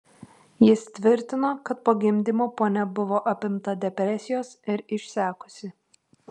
jis tvirtino kad po gimdymo ponia buvo apimta depresijos ir išsekusi